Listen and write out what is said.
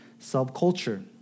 subculture